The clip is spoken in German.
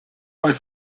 bei